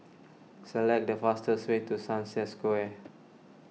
select the fastest way to Sunset Square